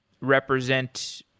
represent